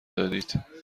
دادید